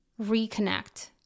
Reconnect